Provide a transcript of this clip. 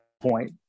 point